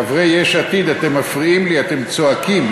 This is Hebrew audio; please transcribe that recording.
חברי יש עתיד, אתם מפריעים לי, אתם צועקים,